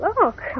Look